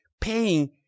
paying